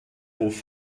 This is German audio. hof